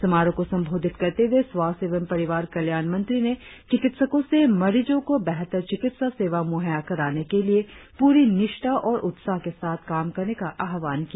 समारोह को संबोधित करते हुए स्वास्थ्य एवं परिवार कल्याण मंत्री ने चिकित्सकों से मरीजों को बेहतर चिकित्सा सेवा मुहैया कराने के लिए पूरी निष्ठा और उत्साह के साथ काम करने का आह्वान किया